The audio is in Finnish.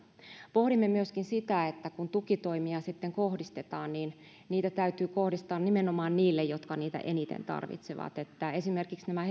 pohdimme myöskin sitä että kun tukitoimia sitten kohdistetaan niitä täytyy kohdistaa nimenomaan niille jotka niitä eniten tarvitsevat esimerkiksi nämä